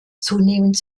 zunehmend